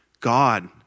God